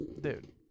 dude